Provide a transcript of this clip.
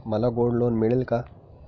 मला gold loan मिळेल का?